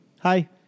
Hi